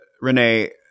Renee